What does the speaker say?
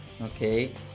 Okay